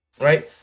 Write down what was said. Right